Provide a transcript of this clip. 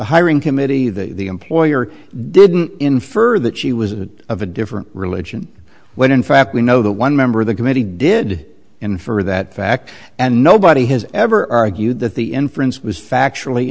hiring committee the employer didn't infer that she was a bit of a different religion when in fact we know that one member of the committee did infer that fact and nobody has ever argued that the inference was factually